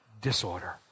disorder